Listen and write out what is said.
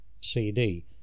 CD